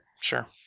sure